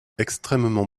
extrêmement